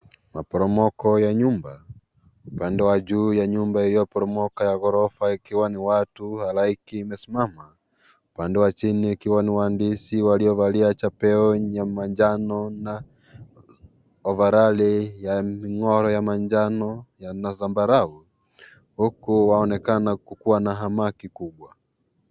Maporomoko ya nyumba, upande wa juu ya nyumba hiyo iliyoporomoka ya ghorofa paikiwa ni watu halaiki imesimama. Upande wa chini ikiwa ni wahandisi waliovalia japeo ya manjano na ovaroli ya ngoro ya manjano Yana sambarau huku waonekana kubwa na hamaki kubwa.